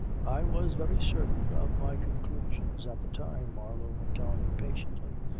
i was very certain of my conclusions at the time, marlow went on impatiently.